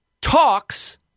talks